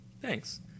Thanks